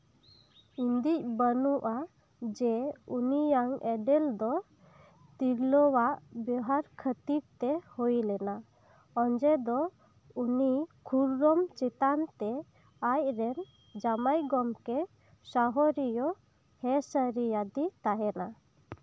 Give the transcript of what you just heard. ᱦᱤᱸᱫᱤᱡ ᱵᱟᱹᱱᱩᱜ ᱟ ᱡᱮ ᱩᱱᱤᱭᱟᱜ ᱮᱸᱰᱮᱞ ᱫᱚ ᱛᱤᱨᱞᱟᱹᱟᱜ ᱵᱮᱣᱦᱟᱨ ᱠᱷᱟᱹᱛᱤᱨ ᱛᱮ ᱦᱩᱭ ᱞᱮᱱᱟ ᱚᱡᱮ ᱫᱚ ᱩᱱᱤ ᱠᱷᱩᱨᱨᱚᱢ ᱪᱮᱛᱟᱱ ᱛᱮ ᱟᱡ ᱨᱮᱱ ᱡᱟᱶᱟᱭ ᱜᱚᱢᱠᱮ ᱥᱟᱦᱟᱨᱤᱭᱟᱹᱭ ᱦᱮᱸᱥᱟᱹᱨᱤ ᱟᱫᱮ ᱛᱟᱦᱮᱸᱱᱟ